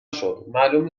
شد، معلوم